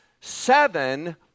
seven